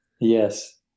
yes